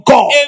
God